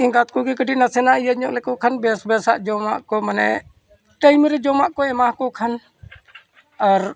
ᱮᱸᱜᱟᱛ ᱠᱚᱜᱮ ᱠᱟᱹᱴᱤᱡ ᱱᱟᱥᱮᱱᱟᱜ ᱤᱭᱟᱹ ᱧᱚᱜ ᱞᱮᱠᱚ ᱠᱷᱟᱱ ᱵᱮᱥ ᱵᱮᱥᱟᱜ ᱡᱚᱢᱟᱜ ᱠᱚ ᱢᱟᱱᱮ ᱴᱟᱭᱤᱢ ᱨᱮ ᱡᱚᱢᱟᱜ ᱠᱚ ᱮᱢᱟᱠᱚ ᱠᱷᱟᱱ ᱟᱨ